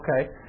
okay